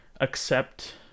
accept